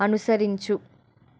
అనుసరించు